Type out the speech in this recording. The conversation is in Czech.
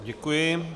Děkuji.